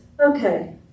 okay